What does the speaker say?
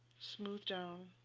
smooth down